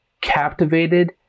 captivated